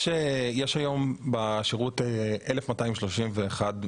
יש היום בשירות 1,231 משרתים.